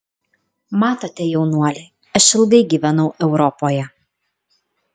matote jaunuoli aš ilgai gyvenau europoje